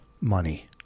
Money